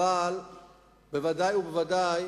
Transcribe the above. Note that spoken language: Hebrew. אבל בוודאי ובוודאי